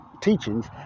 teachings